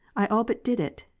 i all but did it,